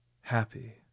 happy